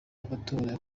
amatora